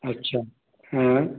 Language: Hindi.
अच्छा हम्म